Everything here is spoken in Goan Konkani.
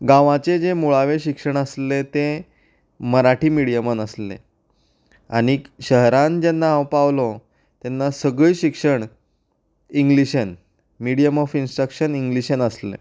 गांवांचें जें मुळावें शिक्षण आसलें तें मराठी मिड्यमांत आसलें आनी शहरान जेन्ना हांव पावलो तेन्ना सगळें शिक्षण इंग्लिशींत मिडियम ऑफ इंस्ट्रक्शन इंग्लिशेंत आसलें